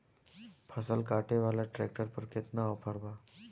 फसल काटे वाला ट्रैक्टर पर केतना ऑफर बा?